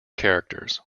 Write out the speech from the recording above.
characters